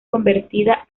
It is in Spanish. convertida